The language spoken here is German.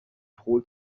pro